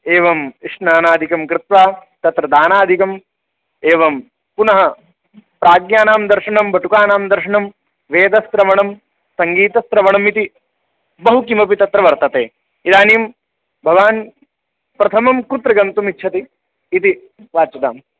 एवं स्नानादिकं कृत्वा तत्र दानादिकम् एवं पुनः प्राज्ञानां दर्शनं वटुकानां दर्शनं वेदश्रवणं सङ्गीतश्रवणम् इति बहु किमपि तत्र वर्तते इदानीं भवान् प्रथमं कुत्र गन्तुम् इच्छति इति वाच्यताम्